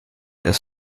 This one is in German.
das